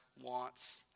wants